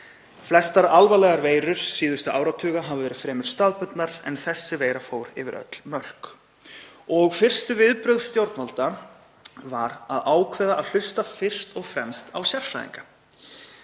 Flestar alvarlegar veirur síðustu áratuga hafa verið fremur staðbundnar en þessi veira fór yfir öll mörk. Fyrstu viðbrögð stjórnvalda voru að ákveða að hlusta fyrst og fremst á sérfræðinga.